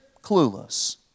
clueless